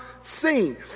seen